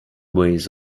ways